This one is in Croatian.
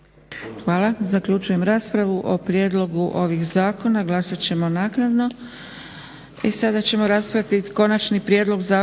(SDP)** Zaključujem raspravu. O prijedlogu ovih zakona glasat ćemo naknadno.